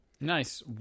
nice